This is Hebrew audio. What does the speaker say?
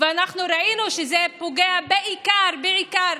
ואנחנו ראינו שזה פוגע בעיקר בעיקר